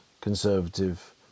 conservative